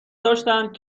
داشتند